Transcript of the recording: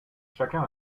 chacun